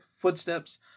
footsteps